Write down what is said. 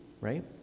right